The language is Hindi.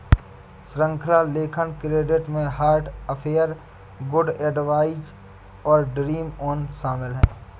श्रृंखला लेखन क्रेडिट में हार्ट अफेयर, गुड एडवाइस और ड्रीम ऑन शामिल हैं